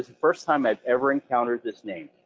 first time i've ever encountered this name,